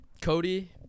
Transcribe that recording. Cody